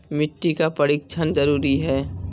मिट्टी का परिक्षण जरुरी है?